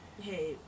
hey